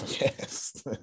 Yes